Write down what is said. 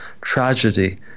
tragedy